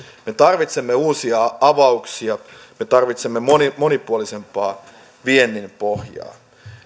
me tarvitsemme uusia avauksia me tarvitsemme monipuolisempaa viennin pohjaa